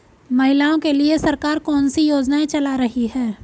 महिलाओं के लिए सरकार कौन सी योजनाएं चला रही है?